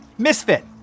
Misfit